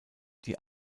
die